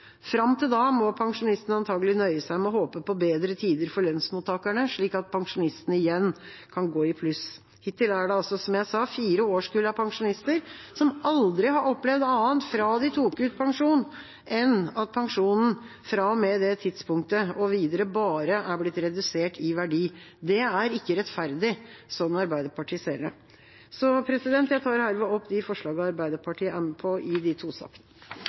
Fram til da må pensjonistene antakelig nøye seg med å håpe på bedre tider for lønnsmottakerne, slik at pensjonistene igjen kan gå i pluss. Hittil er det altså, som jeg sa, fire årskull av pensjonister som aldri har opplevd annet fra de tok ut pensjon, enn at pensjonen fra og med det tidspunktet og videre bare er blitt redusert i verdi. Det er ikke rettferdig, slik Arbeiderpartiet ser det. Jeg tar herved opp de forslagene Arbeiderpartiet er med på i de to sakene.